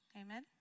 amen